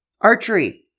archery